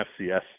FCS